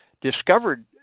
discovered